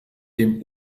dem